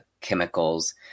chemicals